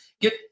get